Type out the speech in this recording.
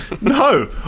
no